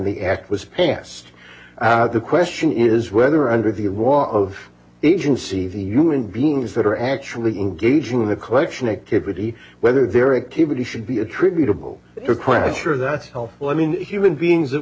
the act was passed the question is whether under the roar of agency the human beings that are actually engaging in the collection activity whether their activity should be attributable to crash or that's helpful i mean human beings that